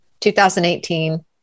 2018